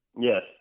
yes